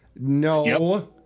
No